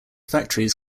factories